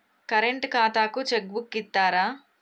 Current ఖాతాకు cheque book ఇత్తరా?